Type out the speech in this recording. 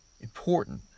important